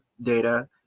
data